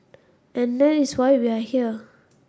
and that is why we are here